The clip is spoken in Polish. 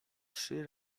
trzy